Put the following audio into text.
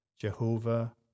Jehovah